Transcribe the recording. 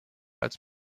als